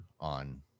on